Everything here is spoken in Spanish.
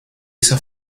hizo